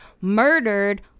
murdered